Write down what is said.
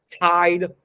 tied